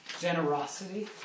generosity